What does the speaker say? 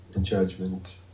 judgment